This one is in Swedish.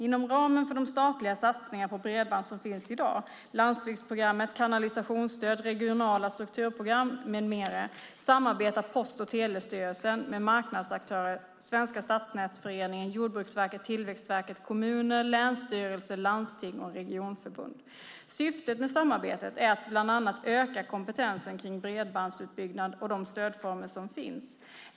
Inom ramen för de statliga satsningar på bredband som finns i dag - landsbygdsprogrammet, kanalisationsstöd, regionala strukturprogram med mera - samarbetar Post och telestyrelsen, PTS, med marknadsaktörer, Svenska Stadsnätsföreningen, SSNF, Jordbruksverket, Tillväxtverket, kommuner, länsstyrelser, landsting och regionförbund. Syftet med samarbetet är bland annat att öka kompetensen kring bredbandsutbyggnad och de stödformer som finns.